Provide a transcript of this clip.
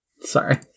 Sorry